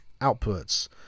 outputs